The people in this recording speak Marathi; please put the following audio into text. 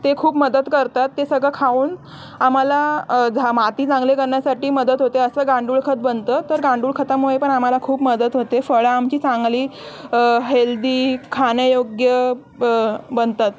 ते खूप मदत करतात ते सगळं खाऊन आम्हाला झा माती चांगले करण्यासाठी मदत होते असं गांडूळ खत बनतं तर गांडूळ खतामुळे पण आम्हाला खूप मदत होते फळं आमची चांगली हेल्दी खाण्यायोग्य ब बनतात